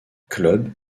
club